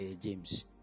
James